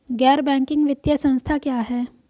गैर बैंकिंग वित्तीय संस्था क्या है?